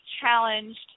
challenged